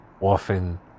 often